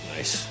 Nice